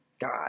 God